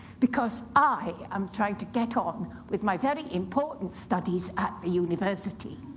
because i am trying to get on with my very important studies at the university.